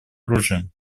оружием